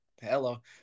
Hello